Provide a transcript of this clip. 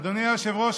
אדוני היושב-ראש,